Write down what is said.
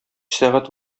сәгать